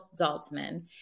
Zaltzman